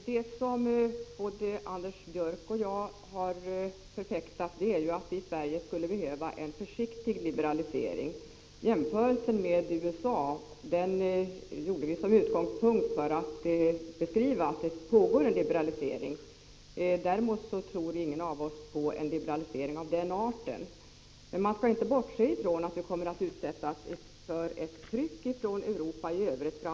Herr talman! Både Anders Björck och jag har förfäktat att Sverige skulle behöva en försiktig liberalisering. Jämförelsen med USA tog vi som utgångspunkt för att beskriva att det pågår en liberalisering. Däremot tror ingen av oss på en liberalisering av den arten. Man skall emellertid inte bortse från att vi kommer att utsättas för ett tryck från framför allt det övriga Europa.